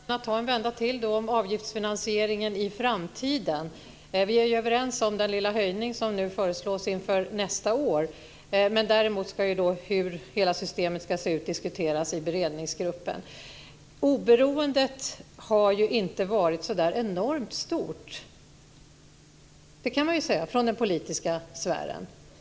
Fru talman! Vi kan väl ta en vända till då om avgiftsfinansieringen i framtiden. Vi är ju överens om den lilla höjning som nu föreslås inför nästa år. Hur hela systemet ska se ut ska däremot diskuteras i beredningsgruppen. Man kan säga att oberoendet från den politiska sfären inte har varit så enormt stort.